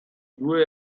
due